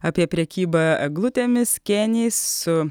apie prekybą eglutėmis kėniais su